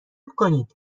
کنید